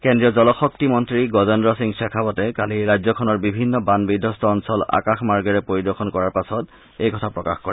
কেন্দ্ৰীয় জলশক্তি মন্ত্ৰী গজেন্দ্ৰ সিং শেখাৱটে কালি ৰাজ্যখনৰ বিভিন্ন বান বিধবস্ত অঞ্চল আকাশমাৰ্গেৰে পৰিদৰ্শন কৰাৰ পাছত এই কথা প্ৰকাশ কৰে